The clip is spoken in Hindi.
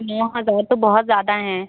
नौ हजार तो बहुत ज्यादा हैं